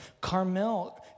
Carmel